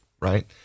right